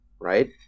right